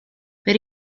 per